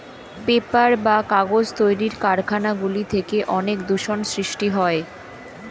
paper বা কাগজ তৈরির কারখানা গুলি থেকে অনেক দূষণ সৃষ্টি হয়